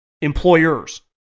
employers